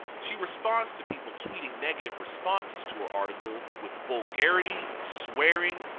she responds to people tweeting negative responses to her article with vulgarity, swearing,